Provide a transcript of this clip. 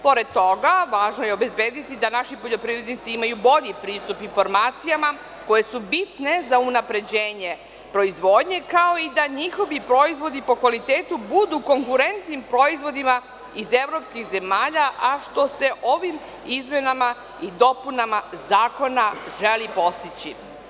Pored toga, važno je obezbediti da naši poljoprivrednici imaju bolji pristup informacijama koje su bitne za unapređenje proizvodnje, kao i da njihovi proizvodi po kvalitetu budu konkurentni proizvodima iz evropskih zemalja, a što se ovim izmenama i dopunama zakona želi postići.